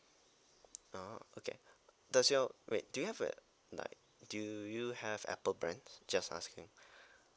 oh okay does your wait do you have that like do you have apple brands just asking